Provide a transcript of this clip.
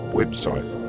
website